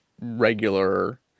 regular